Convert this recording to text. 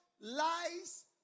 lies